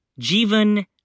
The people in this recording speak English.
Jivan